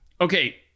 Okay